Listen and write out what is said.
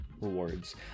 rewards